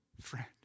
friend